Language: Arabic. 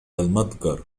المتجر